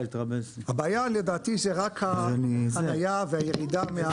הבעיה לדעתי זה רק החניה והירידה.